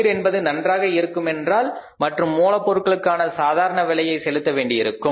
பயிர் என்பது நன்றாக இருக்குமென்றாள் மற்றும் மூலப்பொருள்களுக்கான சாதாரண விலையை செலுத்த வேண்டியிருக்கும்